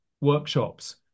workshops